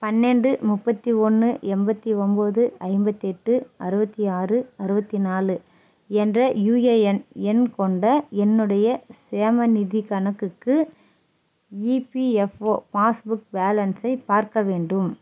பன்னெண்டு முப்பத்து ஒன்று எண்பத்தி ஒம்பது ஐம்பத்து எட்டு அறுபத்தி ஆறு அறுபத்து நாலு என்ற யுஏஎன் எண் கொண்ட என்னுடைய சேமநிதிக் கணக்குக்கு இபிஎஃப்ஓ பாஸ் புக் பேலன்ஸை பார்க்க வேண்டும்